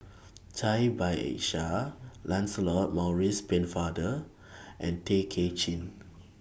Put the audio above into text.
Cai Bixia Lancelot Maurice Pennefather and Tay Kay Chin